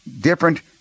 different